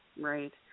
right